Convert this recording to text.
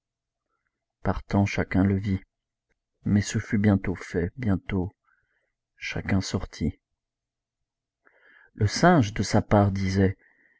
partant chacun le vit mais ce fut bientôt fait bientôt chacun sortit le singe de sa part disait